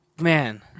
Man